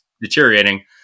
deteriorating